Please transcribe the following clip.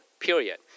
period